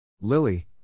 Lily